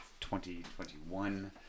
2021